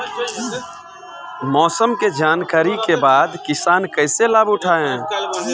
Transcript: मौसम के जानकरी के बाद किसान कैसे लाभ उठाएं?